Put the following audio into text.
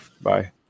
Bye